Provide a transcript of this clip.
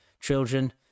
children